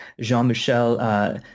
Jean-Michel